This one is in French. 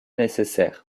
nécessaires